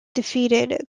defeated